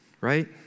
right